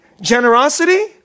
generosity